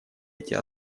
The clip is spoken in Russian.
эти